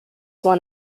one